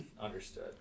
Understood